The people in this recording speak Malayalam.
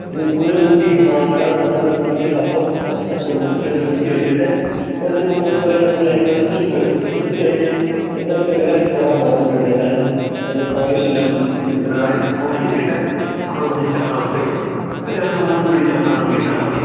ഇത് കൂന കൂട്ടി മഴ തുടങ്ങുന്ന സമയത്ത് കപ്പ തണ്ടു മുറിച്ച് ഇത് കുത്തി വച്ചിട്ട് കുറച്ചു കുറെ ദിവസം കഴിയുമ്പോൾ ഇത് കിളുക്കുവല്ലോ കിളുത്തു കഴിഞ്ഞ് ഉണങ്ങുമ്പോഴത്തേക്കും അതിൻ്റെ സൈഡിലെല്ലാം ചെറുതായിട്ട് പൊട്ടിച്ചിട്ട് നമ്മൾ കുറച്ച് ചാണകപ്പൊടി രണ്ടുമൂന്ന് പിടി ചാണകപ്പൊടി ഇട്ടാൽ മതി